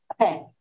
Okay